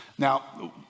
Now